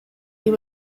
you